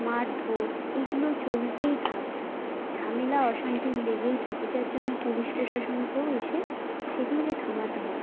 মারধোর এইগুলো চলতেই থাকে ঝামেলা অশান্তি লেগেই থাকে যার জন্য পুলিশ প্রশাসনকেও এসে সেগুলোকে থামাতে হয়